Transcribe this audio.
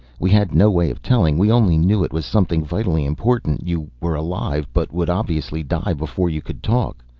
we had no way of telling. we only knew it was something vitally important. you were alive, but would obviously die before you could talk.